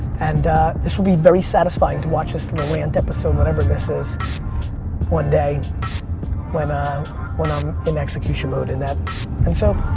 and this would be very satisfying to watch this little rant episode whenever this is one day when i'm when i'm in execution mode in that and so